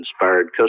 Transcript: Inspired